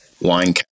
wine